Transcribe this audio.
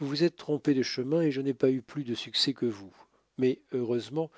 vous vous êtes trompé de chemin et je n'ai pas eu plus de succès que vous mais heureusement